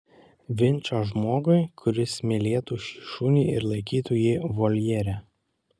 vinčą žmogui kuris mylėtų šį šunį ir laikytų jį voljere